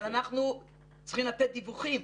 אבל אנחנו צריכים לתת דיווחים.